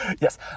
yes